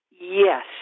yes